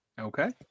Okay